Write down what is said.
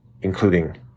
including